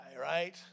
right